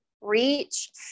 reach